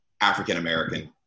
African-American